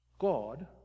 God